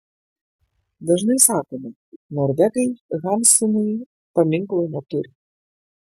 dažnai sakoma norvegai hamsunui paminklo neturi